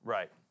Right